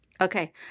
Okay